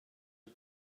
his